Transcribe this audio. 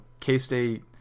K-State